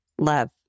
Love